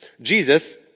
Jesus